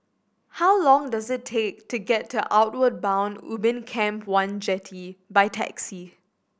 how long does it take to get to Outward Bound Ubin Camp One Jetty by taxi